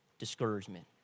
discouragement